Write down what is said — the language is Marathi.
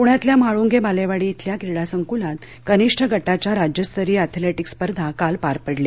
पुण्यातल्या म्हाळुंगे बालेवाडी इथल्या क्रीडासंकुलात कनिष्ठ गटाच्या राज्यस्तरीय अँथलेटीक्स स्पर्धा काल पार पडल्या